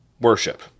Worship